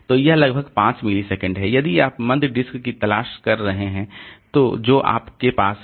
तो यह लगभग 5 मिलीसेकंड है यदि आप मंद डिस्क की तलाश कर रहे हैं जो आपके पास आज है